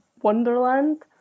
wonderland